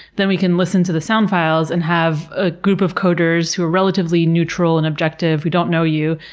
then we can listen to the sound files and have a group of coders who are relatively neutral and objective, who don't know you,